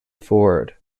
ford